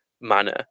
manner